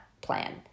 plan